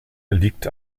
liegt